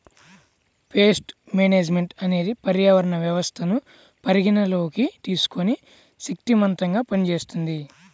paste management అనేది పర్యావరణ వ్యవస్థను పరిగణలోకి తీసుకొని శక్తిమంతంగా పనిచేస్తుంది